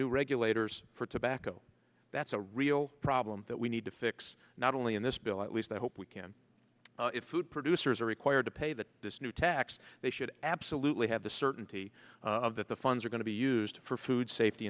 new regulators for tobacco that's a real problem that we need to fix not only in this bill at least i hope we can producers are required to pay that this new tax they should abs salut we have the certainty that the funds are going to be used for food safety